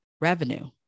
revenue